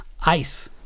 Ice